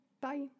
bye